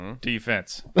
Defense